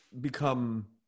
become